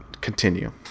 continue